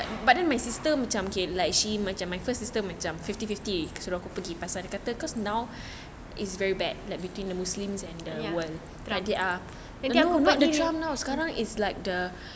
ya tragic ah nanti aku buat